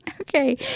okay